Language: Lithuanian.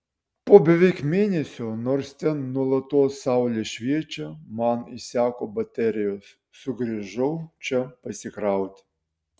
po beveik mėnesio nors ten nuolatos saulė šviečia man išseko baterijos sugrįžau čia pasikrauti